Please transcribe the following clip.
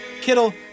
Kittle